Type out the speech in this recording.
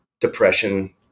depression